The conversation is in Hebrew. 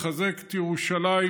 לחזק את ירושלים,